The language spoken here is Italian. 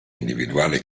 individuale